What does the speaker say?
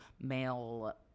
male